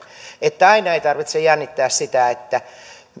että aina ei tarvitse jännittää sitä